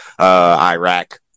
Iraq